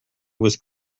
was